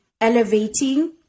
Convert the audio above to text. elevating